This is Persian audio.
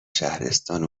شهرستان